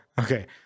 okay